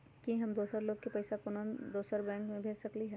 कि हम दोसर लोग के पइसा कोनो दोसर बैंक से भेज सकली ह?